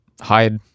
hide